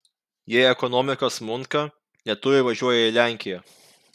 jei ekonomika smunka lietuviai važiuoja į lenkiją